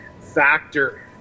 factor